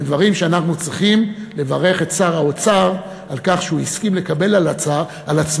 דבר שאנחנו צריכים לברך את שר האוצר על כך שהוא הסכים לקבל על עצמו,